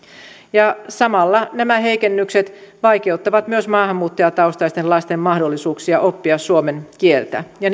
samalla nämä heikennykset vaikeuttavat myös maahanmuuttajataustaisten lasten mahdollisuuksia oppia suomen kieltä ja